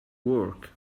work